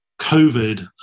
COVID